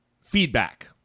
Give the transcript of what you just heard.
feedback